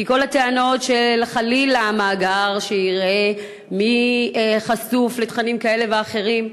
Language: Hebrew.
כי כל הטענות הן שחלילה המאגר יראה מי חשוף לתכנים כאלה ואחרים.